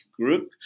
group